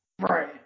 Right